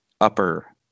upper